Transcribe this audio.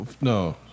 no